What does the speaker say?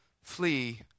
flee